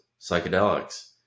psychedelics